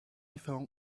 found